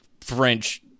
French